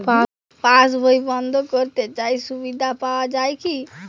পাশ বই বন্দ করতে চাই সুবিধা পাওয়া যায় কি?